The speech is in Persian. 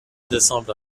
دسامبر